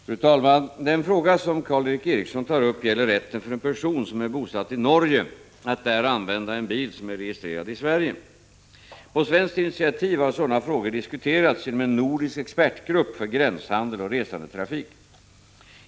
Fru talman! Den fråga som Karl Erik Eriksson tar upp gäller rätten för en person som är bosatt i Norge att där använda en bil som är registrerad i Sverige. På svenskt initiativ har sådana frågor diskuterats inom en nordisk expertgrupp för gränshandel och resandetrafik.